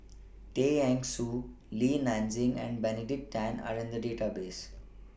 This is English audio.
Tay Eng Soon Li Nanxing and Benedict Tan Are in The Database